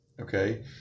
okay